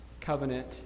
Covenant